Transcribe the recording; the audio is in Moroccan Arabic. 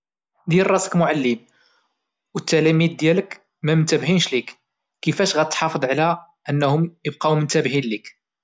دير راسك معلم او التلاميد ديالك ممنتابهينش لك كفاش غتحافض على انهم ابقاو منتبهين لك؟